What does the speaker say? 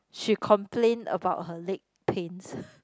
she complain about her leg pains